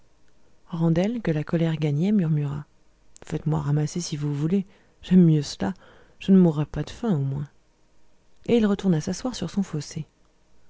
randel que la colère gagnait murmura faites-moi ramasser si vous voulez j'aime mieux cela je ne mourrai pas de faim au moins et il retourna s'asseoir sur son fossé